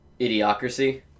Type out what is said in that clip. Idiocracy